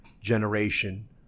generation